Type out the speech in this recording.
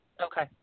Okay